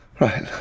Right